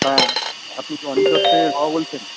হ্যাঁ আপনি কি অনিক দত্তের বাবা বলছেন